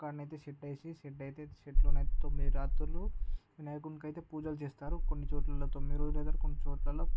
ఒకాడన అయితే షెడ్డేసి షెడ్ అయితే షెడ్లోనైతే తొమ్మిది రాత్రులు వినాయకునికి అయితే పూజలు చేస్తారు కొన్నిచోట్లలో తొమ్మిది రోజులు లేదా కొన్నిచోట్లలో